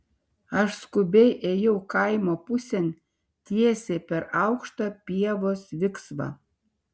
aš skubiai ėjau kaimo pusėn tiesiai per aukštą pievos viksvą